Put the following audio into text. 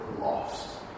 lost